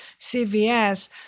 CVS